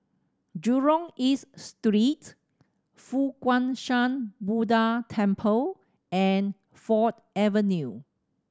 Jurong East Street Fo Guang Shan Buddha Temple and Ford Avenue